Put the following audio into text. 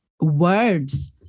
words